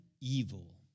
evil